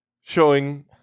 showing